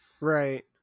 Right